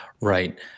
Right